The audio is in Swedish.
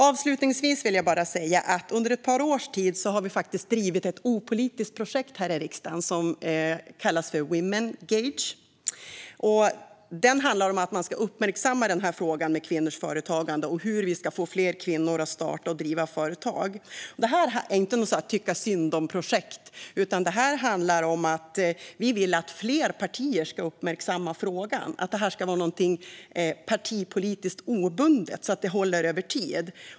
Avslutningsvis vill jag säga att vi under ett par års tid har drivit ett opolitiskt projekt här i riksdagen som kallas för Womengage. Det handlar om att man ska uppmärksamma frågan om kvinnors företagande och hur vi ska få fler kvinnor att vilja satsa på entreprenörskap. Det är inte något tycka-synd-om-projekt, utan det handlar om att vi vill att fler partier ska uppmärksamma frågan. Vi vill att det ska vara något som är partipolitiskt obundet så att det ska hålla över tid.